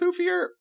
poofier